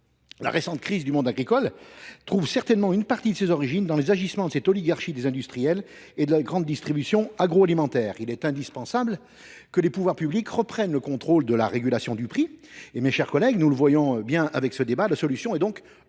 La récente crise du monde agricole trouve certainement une partie de ses origines dans les agissements de cette oligarchie des industriels et de la grande distribution agroalimentaire. Il est indispensable que les pouvoirs publics reprennent le contrôle sur la régulation du prix. Mes chers collègues, nous le voyons avec ce débat, la solution est européenne.